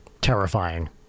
terrifying